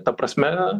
ta prasme